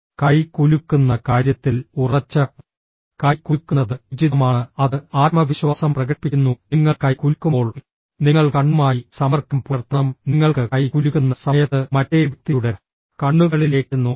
കൈ കുലുക്കുന്ന കാര്യത്തിൽ ഉറച്ച കൈ കുലുക്കുന്നത് ഉചിതമാണ് അത് ആത്മവിശ്വാസം പ്രകടിപ്പിക്കുന്നു നിങ്ങൾ കൈ കുലുക്കുമ്പോൾ നിങ്ങൾ കണ്ണുമായി സമ്പർക്കം പുലർത്തണം നിങ്ങൾക്ക് കൈ കുലുക്കുന്ന സമയത്ത് മറ്റേ വ്യക്തിയുടെ കണ്ണുകളിലേക്ക് നോക്കണം